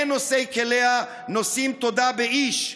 אין נושאי כליה / נושים תודה באיש.